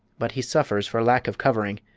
but he suffers for lack of covering.